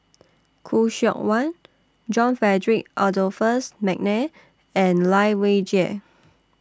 Khoo Seok Wan John Frederick Adolphus Mcnair and Lai Weijie